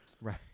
Right